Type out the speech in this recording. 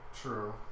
true